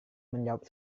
menjawab